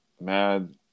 mad